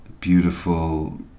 beautiful